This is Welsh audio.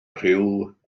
rhyw